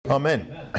Amen